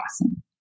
awesome